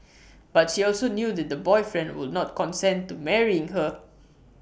but she also knew that the boyfriend would not consent to marrying her